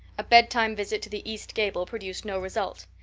a bedtime visit to the east gable produced no result.